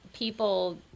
people